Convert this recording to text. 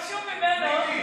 ביקשו ממנו,